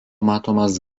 matomas